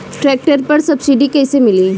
Tractor पर subsidy कैसे मिली?